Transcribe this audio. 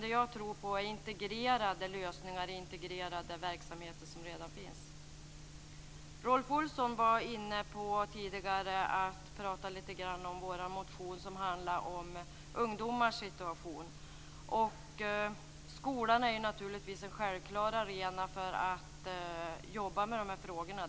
Det jag tror på är integrerade lösningar, integrerade verksamheter som redan finns. Rolf Olsson pratade tidigare lite grann om vår motion, som handlar om ungdomars situation. Skolan är naturligtvis en självklar arena för att jobba med de frågorna.